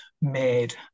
made